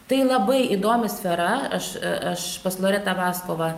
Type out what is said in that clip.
tai labai įdomi sfera aš aš pas loretą vaskovą